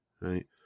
right